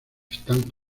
están